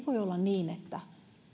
voi olla niin että